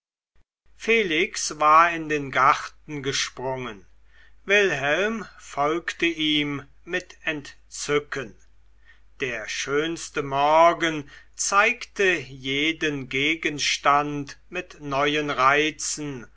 felix war in den garten gesprungen wilhelm folgte ihm mit entzücken der schönste morgen zeigte jeden gegenstand mit neuen reizen